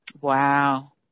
Wow